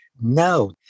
No